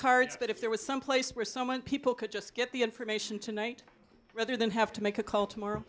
cards that if there was some place where so many people could just get the information tonight rather than have to make a call tomorrow